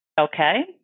Okay